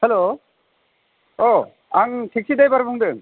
हेल' अ आं taxi driver बुंदों